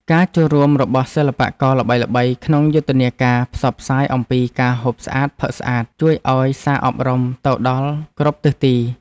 ការចូលរួមរបស់សិល្បករល្បីៗក្នុងយុទ្ធនាការផ្សព្វផ្សាយអំពីការហូបស្អាតផឹកស្អាតជួយឱ្យសារអប់រំទៅដល់គ្រប់ទិសទី។